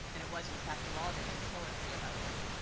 and it was, in fact, lauded in poetry about him.